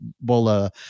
Bola